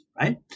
right